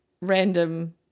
random